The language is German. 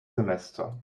semester